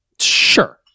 Sure